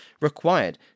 required